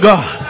God